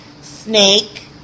Snake